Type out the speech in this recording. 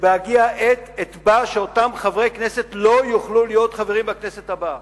שבהגיע העת אתבע שאותם חברי כנסת לא יוכלו להיות חברים בכנסת הבאה.